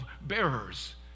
bearers